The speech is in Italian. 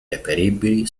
reperibili